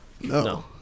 No